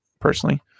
personally